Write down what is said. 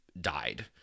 died